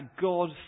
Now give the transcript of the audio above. God